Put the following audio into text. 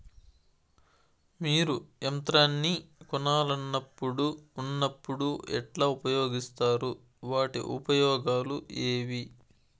మీరు యంత్రాన్ని కొనాలన్నప్పుడు ఉన్నప్పుడు ఎట్లా ఉపయోగిస్తారు వాటి ఉపయోగాలు ఏవి?